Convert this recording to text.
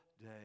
day